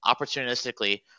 opportunistically